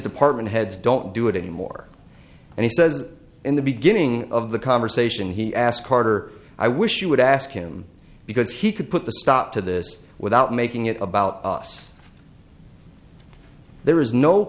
department heads don't do it anymore and he says in the beginning of the conversation he asked carter i wish you would ask him because he could put the stop to this without making it about us there is no